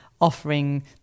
offering